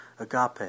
agape